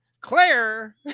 Claire